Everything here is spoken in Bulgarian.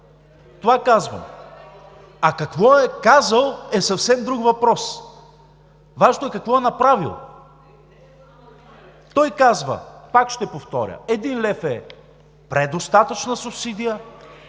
това казвам, а какво е казал, е съвсем друг въпрос. Важното е какво е направил. Той казва, пак ще повторя: един лев е предостатъчна субсидия…